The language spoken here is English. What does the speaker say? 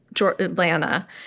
Atlanta